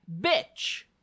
bitch